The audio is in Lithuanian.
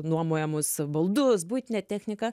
nuomojamus baldus buitinę techniką